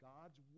God's